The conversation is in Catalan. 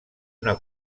una